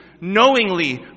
knowingly